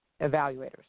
evaluators